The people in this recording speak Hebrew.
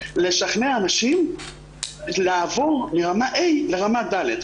לשכנע אנשים לעבור מרמה ה' לרמה ד'.